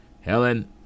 Helen